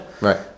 right